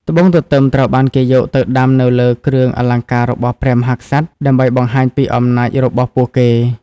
ត្បូងទទឹមត្រូវបានគេយកទៅដាំនៅលើគ្រឿងអលង្ការរបស់ព្រះមហាក្សត្រដើម្បីបង្ហាញពីអំណាចរបស់ពួកគេ។